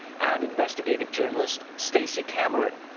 and investigative journalist stacey cameron.